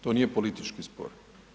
To nije politički spor.